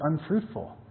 unfruitful